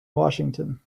washington